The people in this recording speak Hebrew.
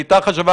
הייתה שם בעיה.